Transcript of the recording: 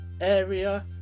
area